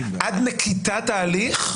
עד נקיטת ההליך?